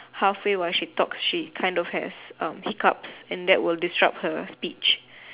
halfway while she talks she kind of has um hiccups and that will disrupt her speech